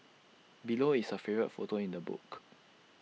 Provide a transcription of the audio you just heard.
below is her favourite photo in the book